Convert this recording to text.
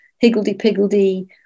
higgledy-piggledy